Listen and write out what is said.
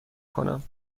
کنم